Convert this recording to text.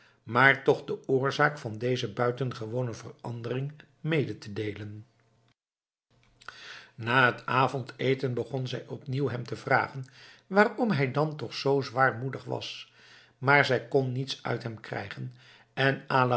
haar toch de oorzaak van deze buitengewone verandering mede te deelen na het avondeten begon zij opnieuw hem te vragen waarom hij dan toch zoo zwaarmoedig was maar zij kon niets uit hem krijgen en